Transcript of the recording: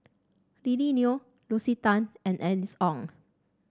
Lily Neo Lucy Tan and Alice Ong